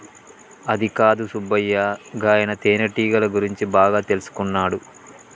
అదికాదు సుబ్బయ్య గాయన తేనెటీగల గురించి బాగా తెల్సుకున్నాడు